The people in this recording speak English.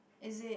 is it